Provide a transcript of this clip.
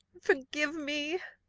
forgive me!